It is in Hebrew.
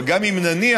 אבל גם אם נניח,